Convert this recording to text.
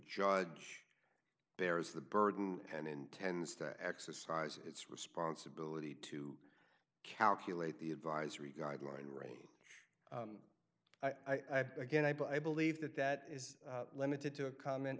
judge bears the burden and intends to exercise its responsibility to calculate the advisory guideline range i've again i believe that that is limited to a comment